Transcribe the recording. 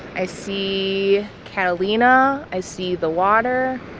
i see catalina. i see the water.